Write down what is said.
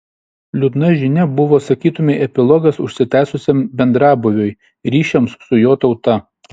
liūdna žinia buvo sakytumei epilogas užsitęsusiam bendrabūviui ryšiams su jo tauta